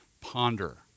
ponder